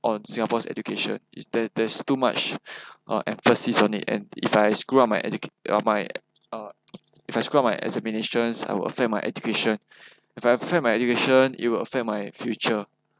on singapore's education there's there's too much uh emphasis on it and if I screw up my educate uh my uh if I screw up my examinations I'll affect my education if I affect my education it will affect my future